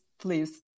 please